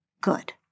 good